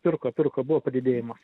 pirko pirko buvo padidėjimas